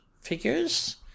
figures